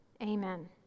Amen